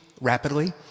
rapidly